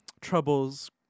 troubles